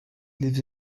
lives